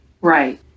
Right